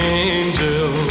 angel